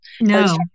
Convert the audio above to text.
No